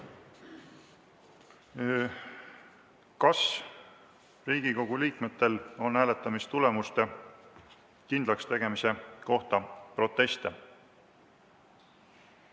Kas Riigikogu liikmetel on hääletamistulemuste kindlakstegemise kohta proteste?